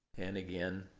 and again,